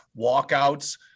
walkouts